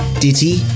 Ditty